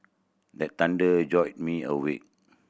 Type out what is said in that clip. the thunder jolt me awake